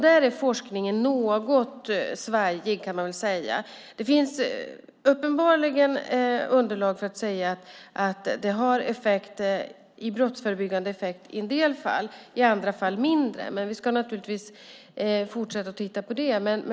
Där är forskningen något svajig. Det finns uppenbarligen underlag för att säga att det har brottsförebyggande effekt i en del fall och i andra fall mindre effekt. Vi ska naturligtvis fortsätta att titta på det.